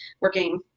working